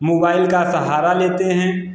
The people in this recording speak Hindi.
मुबाइल का सहारा लेते हैं